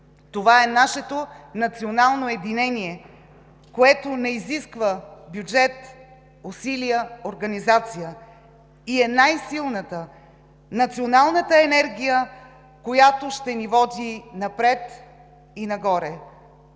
това е нашето национално единение, което не изисква бюджет, усилия, организация и е най-силната, националната енергия, която ще ни води напред и нагоре.